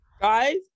Guys